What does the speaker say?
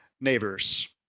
neighbors